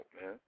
man